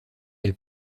elle